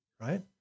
Right